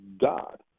God